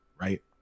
right